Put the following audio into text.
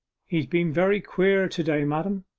he's been very queer to-day, madam,